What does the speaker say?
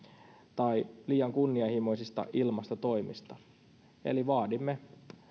tai liian kunnianhimoisista ilmastotoimista eli vaadimme